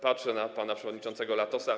Patrzę na pana przewodniczącego Latosa.